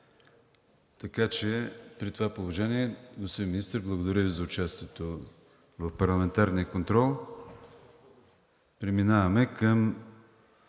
При това положение, господин Министър, благодаря Ви за участието в парламентарния контрол. Преминаваме към